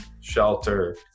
shelter